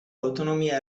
autonomia